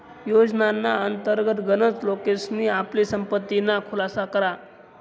योजनाना अंतर्गत गनच लोकेसनी आपली संपत्तीना खुलासा करा